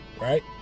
right